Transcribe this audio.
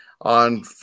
on